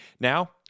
Now